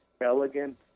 elegant